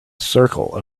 circle